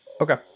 Okay